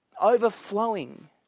overflowing